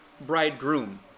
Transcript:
bridegroom